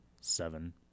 Seven